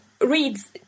Reads